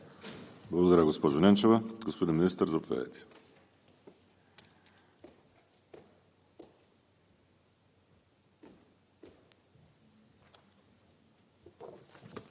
Благодаря, госпожо Ненчева. Господин Министър, заповядайте.